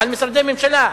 על משרדי ממשלה,